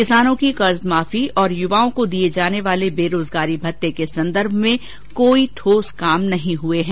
किसानों की कर्ज माफी और युवाओं को दिये जाने वाले बेरोजगारी भत्ते के सन्दर्भ में कोई ठोस काम नहीं हुए है